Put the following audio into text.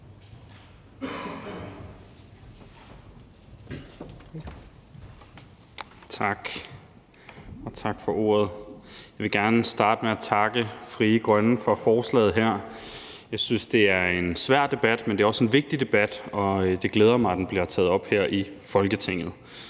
(SF): Tak for ordet. Jeg vil gerne starte med at takke Frie Grønne for forslaget. Jeg synes, det er en svær debat, men det er også en vigtig debat, og det glæder mig, at den bliver taget op her i Folketinget.